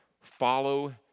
Follow